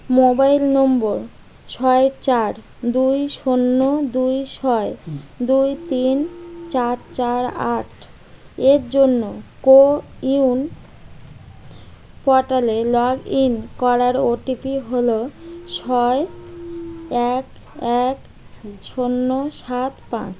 mobile number ছয় চার দুই শূন্য দুই ছয় দুই তিন চার চার আট এর জন্য কোউইন পোর্টালে লগ ইন করার ওটিপি হলো ছয় এক এক শূন্য সাত পাঁচ